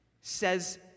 says